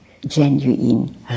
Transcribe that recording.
genuine